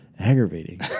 Aggravating